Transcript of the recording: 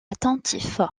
attentif